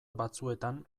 batzuetan